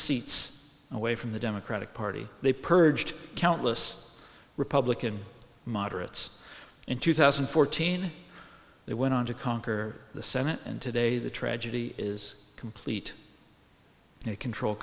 seats away from the democratic party they purged countless republican moderates in two thousand and fourteen they went on to conquer the senate and today the tragedy is complete control